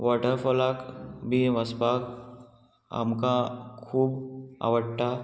वॉटरफॉलाक बी वचपाक आमकां खूब आवडटा